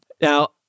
Now